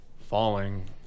falling